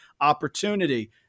opportunity